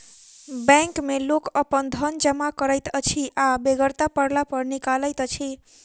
bank मे लोक अपन धन जमा करैत अछि आ बेगरता पड़ला पर निकालैत अछि